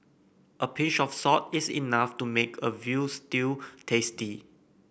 a pinch of salt is enough to make a veal stew tasty